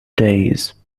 days